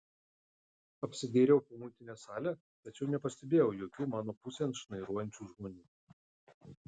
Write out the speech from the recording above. apsidairiau po muitinės salę tačiau nepastebėjau jokių mano pusėn šnairuojančių žmonių